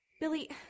Billy